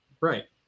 right